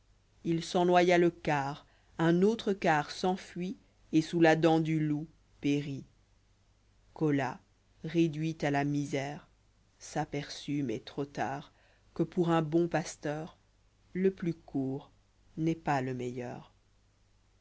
il s'en noya le quart un autre quart s'enfuit et sous la dent du loup périt colas réduit à la misère s'aperçut mais trop tard que pour un bon pasteur le plus court n'est pas le meilleur